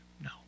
No